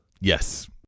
Yes